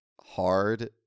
hard